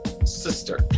sister